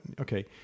okay